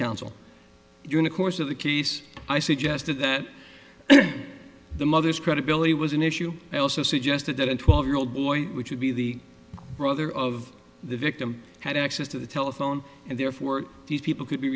counsel during the course of the case i suggested that the mother's credibility was an issue and also suggested that a twelve year old boy which would be the brother of the victim had access to the telephone and therefore these people could be